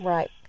Right